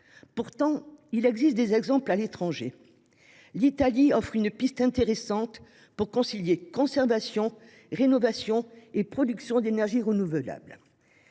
Pourtant, il existe des exemples à l’étranger. L’Italie offre une piste intéressante pour concilier conservation, rénovation et production d’énergie renouvelable